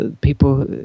people